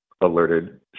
alerted